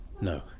No